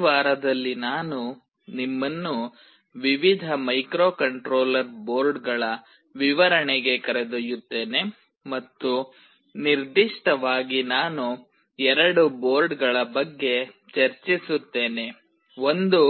ಈ ವಾರದಲ್ಲಿ ನಾನು ನಿಮ್ಮನ್ನು ವಿವಿಧ ಮೈಕ್ರೊಕಂಟ್ರೋಲರ್ ಬೋರ್ಡ್ಗಳ ವಿವರಣೆಗೆ ಕರೆದೊಯ್ಯುತ್ತೇನೆ ಮತ್ತು ನಿರ್ದಿಷ್ಟವಾಗಿ ನಾನು ಎರಡು ಬೋರ್ಡ್ ಗಳ ಬಗ್ಗೆ ಚರ್ಚಿಸುತ್ತೇನೆ ಒಂದು